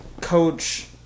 coach